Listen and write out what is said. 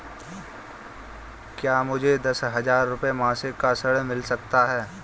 क्या मुझे दस हजार रुपये मासिक का ऋण मिल सकता है?